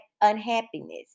unhappiness